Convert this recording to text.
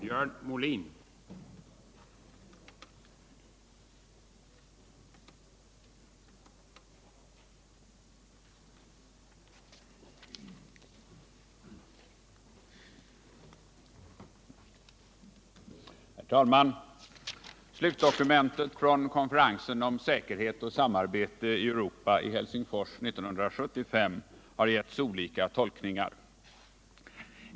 Herr talman! Slutdokumentet från konferensen om säkerhet och samarbete i Europa i Helsingfors 1975 har getts olika tolkningar.